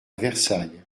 versailles